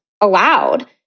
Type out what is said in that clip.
allowed